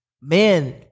man